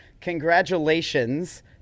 congratulations